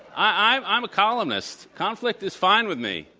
i'm i'm a columnist, conflict is fine with me.